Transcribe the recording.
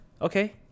okay